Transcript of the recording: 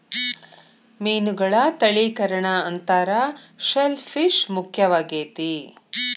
ಮೇನುಗಳ ತಳಿಕರಣಾ ಅಂತಾರ ಶೆಲ್ ಪಿಶ್ ಮುಖ್ಯವಾಗೆತಿ